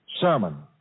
Sermon